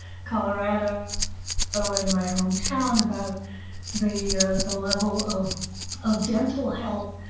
colorado so and my hometown about the the level of of dental health.